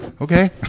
okay